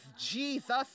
Jesus